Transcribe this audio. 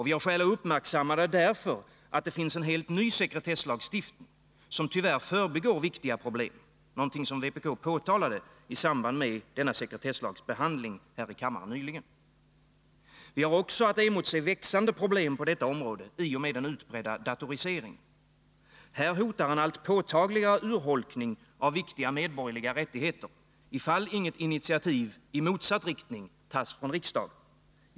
Vi har skäl att uppmärksamma det därför att det finns en helt ny sekretesslagstiftning, som tyvärr förbigår viktiga problem — något som vpk påtalade i samband med sekretesslagens behandling här i kammaren nyligen. Vi har också att emotse växande problem på detta område i och med den utbredda datoriseringen. Här hotar en allt påtagligare urholkning av viktiga medborgerliga rättigheter, om inget initiativ i motsatt riktning tas från riksdagen.